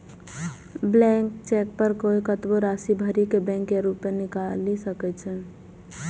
blank cheque पर कोइ कतबो राशि भरि के बैंक सं रुपैया निकालि सकै छै